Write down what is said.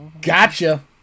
Gotcha